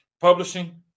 publishing